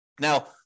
Now